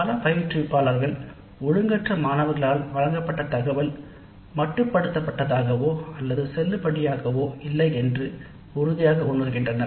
பல பயிற்றுனர்கள் "ஒழுங்கற்ற" மாணவர்களால் வழங்கப்பட்ட தரவு மட்டுப்படுத்தப்பட்டதாகவோ அல்லது செல்லுபடியாகவோ இல்லை என்று உறுதியாக உணர்கின்றனர்